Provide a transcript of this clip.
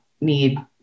need